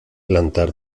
plantar